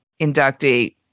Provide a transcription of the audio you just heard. inductee